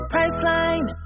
Priceline